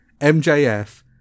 MJF